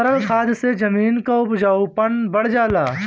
तरल खाद से जमीन क उपजाऊपन बढ़ जाला